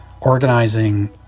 organizing